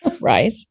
Right